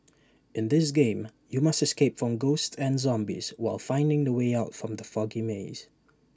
in this game you must escape from ghosts and zombies while finding the way out from the foggy maze